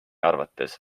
arvates